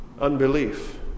unbelief